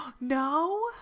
No